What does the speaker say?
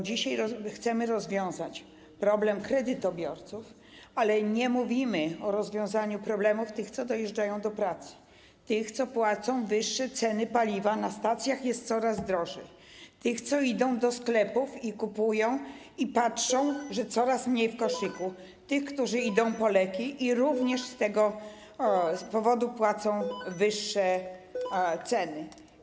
Dzisiaj chcemy rozwiązać problem kredytobiorców, ale nie mówimy o rozwiązaniu problemów tych, co dojeżdżają do pracy, tych, co płacą wyższe ceny za paliwo - na stacjach jest coraz drożej, tych, co idą do sklepów, kupują i patrzą, że coraz mniej w koszyku, tych, którzy idą po leki i również z tego powodu płacą wyższe ceny.